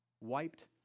Wiped